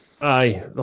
Aye